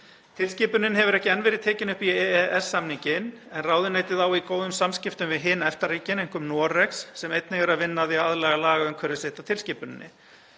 Tilskipunin hefur ekki enn verið tekin upp í EES-samninginn en ráðuneytið á í góðum samskiptum við hin EFTA-ríkin, einkum Noreg, sem einnig er að vinna að því að aðlaga lagaumhverfi sitt að tilskipuninni.